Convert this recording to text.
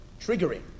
triggering